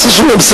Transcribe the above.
לא עשה שום דבר.